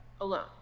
alone